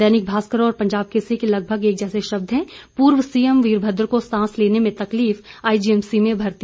दैनिक भास्कर और पंजाब केसरी के लगभग एक जैसे शब्द हैं पूर्व सीएम वीरभद्र को सांस लेने में तकलीफ आईजीएमसी में भर्ती